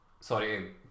Sorry